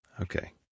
Okay